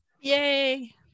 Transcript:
Yay